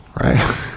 right